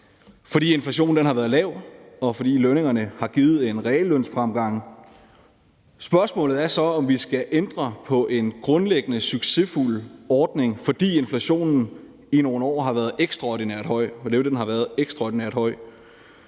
fordi inflationen har været lav, og fordi lønningerne har givet en reallønsfremgang. Spørgsmålet er så, om vi skal ændre på en grundlæggende succesfuld ordning, fordi inflationen i nogle år har været ekstraordinært høj